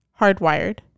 Hardwired